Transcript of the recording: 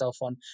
on